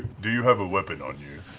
do you have a weapon on you?